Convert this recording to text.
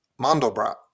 mandelbrot